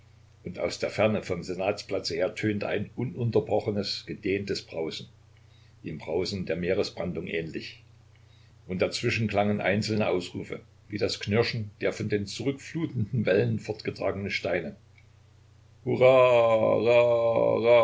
und aus der ferne vom senatsplatze her tönte ein ununterbrochenes gedehntes brausen dem brausen der meeresbrandung ähnlich und dazwischen klangen einzelne ausrufe wie das knirschen der von den zurückflutenden wellen fortgetragenen steine hurra rra rra